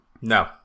No